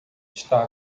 está